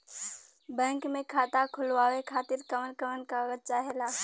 Bank मे खाता खोलवावे खातिर कवन कवन कागज चाहेला?